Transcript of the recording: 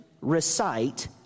recite